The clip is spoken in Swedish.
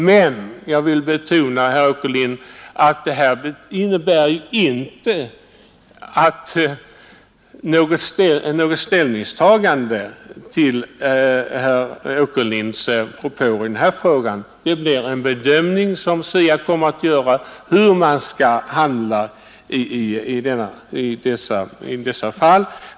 Men jag vill betona, herr Åkerlind, att detta inte innebär något ställningstagande till herr Åkerlinds propåer i denna fråga. SIA kommer att göra en bedömning av hur man skall handla i detta fall.